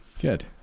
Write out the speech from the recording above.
Good